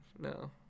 No